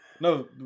No